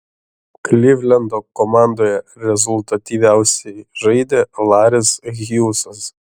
klivlendo komandoje rezultatyviausiai žaidė laris hjūzas